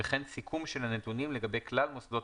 וכן סיכום של הנתונים לגבי כלל מוסדות